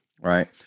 right